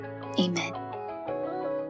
amen